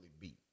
beat